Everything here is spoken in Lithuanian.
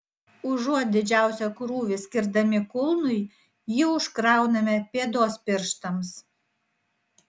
užuot didžiausią krūvį skirdami kulnui jį užkrauname pėdos pirštams